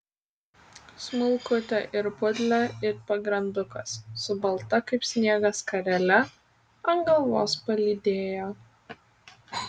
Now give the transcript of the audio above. smulkutę ir putlią it pagrandukas su balta kaip sniegas skarele ant galvos palydėjo